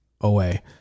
away